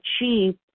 achieve